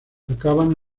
acaban